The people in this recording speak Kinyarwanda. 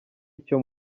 icyo